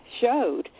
showed